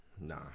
Nah